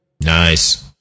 nice